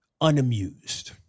unamused